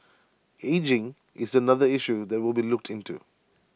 ageing is another issue that will be looked into